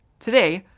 today,